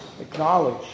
acknowledge